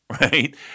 right